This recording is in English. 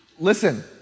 Listen